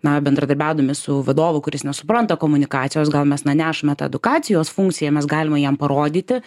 na bendradarbiaudami su vadovu kuris nesupranta komunikacijos gal mes na nešame tą edukacijos funkciją mes galima jam parodyti